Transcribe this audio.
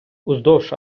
уздовж